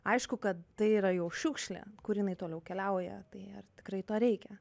aišku kad tai yra jau šiukšlė kur jinai toliau keliauja tai ar tikrai to reikia